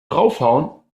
draufhauen